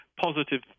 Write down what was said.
positive